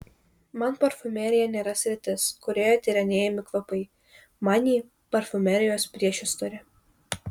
man parfumerija nėra sritis kurioje tyrinėjami kvapai man ji parfumerijos priešistorė